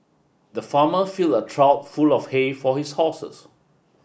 the farmer filled a trough full of hay for his horses